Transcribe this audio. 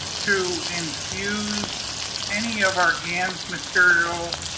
to infuse any of our gans material